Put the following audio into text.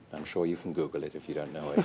i'm sure you can google it if you don't know